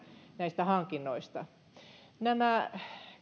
näistä hankinnoista näiden kauppojen